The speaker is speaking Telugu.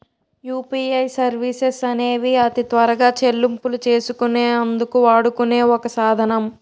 యూపీఐ సర్వీసెస్ అనేవి అతి త్వరగా చెల్లింపులు చేసుకునే అందుకు వాడుకునే ఒక సాధనం